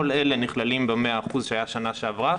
כל אלה נכללים במאה אחוז שהיה בשנה שעברה,